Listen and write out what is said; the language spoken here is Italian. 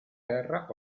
terra